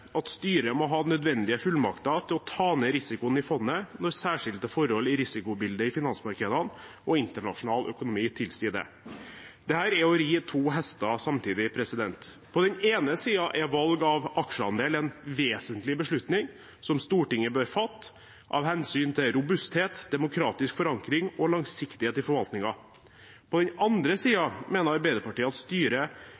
at styret må ha nødvendige fullmakter til å ta ned risikoen i fondet når særskilte forhold i risikobildet i finansmarkedene og internasjonal økonomi tilsier det. Dette er å ri to hester samtidig. På den ene siden er valg av aksjeandel en vesentlig beslutning som Stortinget bør fatte av hensyn til robusthet, demokratisk forankring og langsiktighet i forvaltningen. På den andre